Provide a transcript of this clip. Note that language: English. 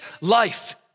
life